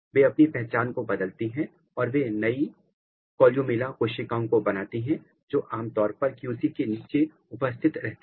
वे अपनी पहचान को बदलती हैं और वे नई कॉलयूमेला कोशिकाओं को बनाती हैं जोकि आमतौर पर QC के नीचे उपस्थित रहती हैं